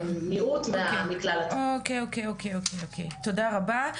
תודה רבה.